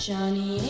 Johnny